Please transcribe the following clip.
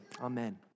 Amen